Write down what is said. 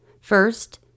First